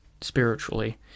spiritually